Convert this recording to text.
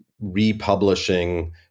republishing